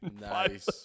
Nice